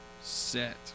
set